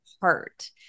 heart